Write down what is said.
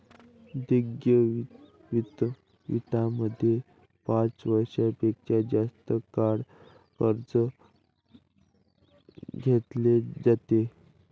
दीर्घ वित्तामध्ये पाच वर्षां पेक्षा जास्त काळ कर्ज घेतले जाते